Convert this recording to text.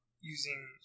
using